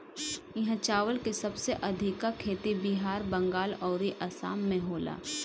इहा चावल के सबसे अधिका खेती बिहार, बंगाल अउरी आसाम में होला